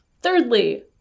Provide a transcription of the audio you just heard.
Thirdly